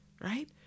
right